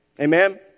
Amen